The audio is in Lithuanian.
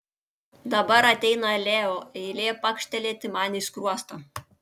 dabar ateina leo eilė pakštelėti man į skruostą